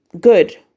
good